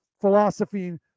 Philosophy